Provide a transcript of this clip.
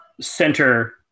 center